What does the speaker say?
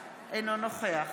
אינו נוכח